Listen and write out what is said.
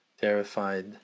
terrified